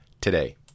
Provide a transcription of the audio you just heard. today